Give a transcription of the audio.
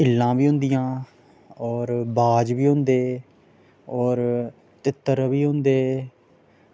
ईल्लां वी होंदियां और बाज बी होंदे और तित्तर वी होंदे